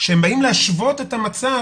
שהם באים להשוות את המצב